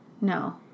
No